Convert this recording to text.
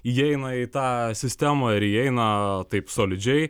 įeina į tą sistemą ir įeina taip solidžiai